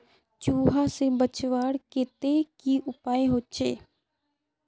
चूहा से बचवार केते की उपाय होचे?